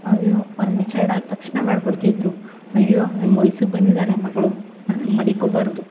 ಅಯ್ಯೋ ಅವ್ರು ಮೆಚ್ಯೂರ್ಡ್ ಆದ ತಕ್ಷಣ ಮಾಡ್ಬಿಡ್ತಿದ್ರು ಅಯ್ಯೋ ವಯ್ಸಿಗೆ ಬಂದಿದ್ದಾಳೆ ಮಗಳು ಮಡುಕ್ಕೋಬಾರ್ದು